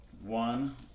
One